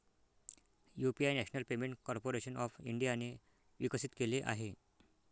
UPI national payment corporation of इंडियाने विकसित केले आहे